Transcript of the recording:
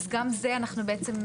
אז גם את זה אנחנו נעשה.